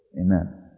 Amen